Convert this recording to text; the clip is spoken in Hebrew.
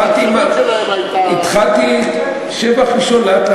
הצעת החוק עברה בקריאה שלישית ותיכנס לספר החוקים של מדינת ישראל.